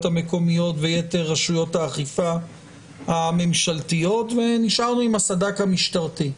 המקומיות ויתר רשויות האכיפה הממשלתיות ונשארנו עם הסד"כ המשטרתי.